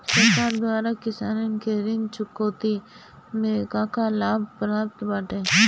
सरकार द्वारा किसानन के ऋण चुकौती में का का लाभ प्राप्त बाटे?